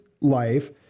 life